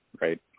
right